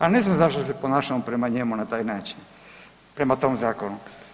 A ne znam zašto se ponašamo prema njemu na taj način prema tom zakonu?